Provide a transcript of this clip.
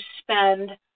spend